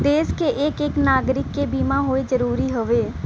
देस के एक एक नागरीक के बीमा होए जरूरी हउवे